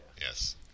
Yes